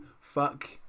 fuck